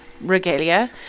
regalia